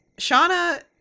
Shauna